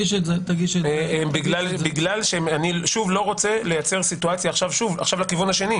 אני לא רוצה לייצר סיטואציה לכיוון השני.